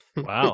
Wow